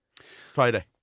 Friday